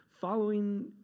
following